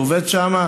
שהוא עובד שם,